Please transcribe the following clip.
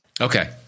Okay